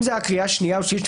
אם זו הייתה קריאה שנייה ושלישית,